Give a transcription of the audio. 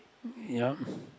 you know